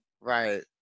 Right